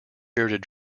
bearded